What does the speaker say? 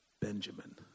Benjamin